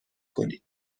کنید